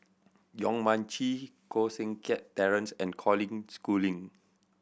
Yong Mun Chee Koh Seng Kiat Terence and Colin Schooling